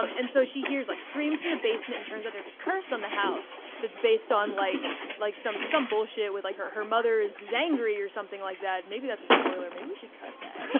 um and so she hears like screams from the basement and turns out there's a curse on the house. that's based on like like some some bullshit with like her her mother is angry or something like that. maybe that's a spoiler. maybe we should cut that.